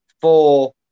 four